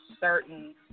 certain